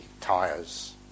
tires